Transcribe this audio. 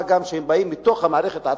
מה גם שהם באים מתוך המערכת עצמה.